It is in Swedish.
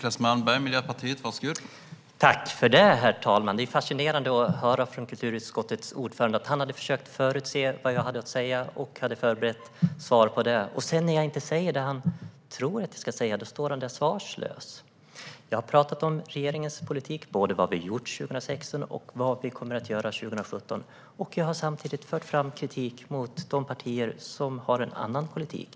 Herr talman! Det är fascinerande att höra från kulturutskottets ordförande att han försökte förutse vad jag hade att säga och hade förberett svar på det. När jag sedan inte säger det han tror att jag ska säga står han där svarslös. Jag har talat om regeringens politik, både vad vi har gjort 2016 och vad vi kommer att göra 2017, och jag har samtidigt fört fram kritik mot de partier som har en annan politik.